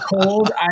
cold